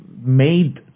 Made